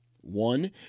One